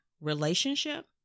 relationship